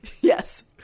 Yes